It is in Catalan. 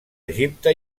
egipte